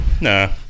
Nah